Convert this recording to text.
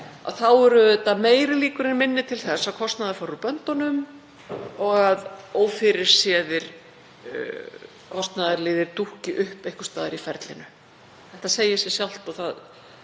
þá eru meiri líkur en minni til þess að kostnaður fari úr böndunum og að ófyrirséðir kostnaðarliðir dúkki upp einhvers staðar í ferlinu. Þetta segir sig sjálft og það